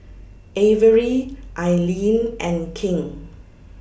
Averie Ailene and King